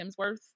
Hemsworth